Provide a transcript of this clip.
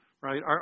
right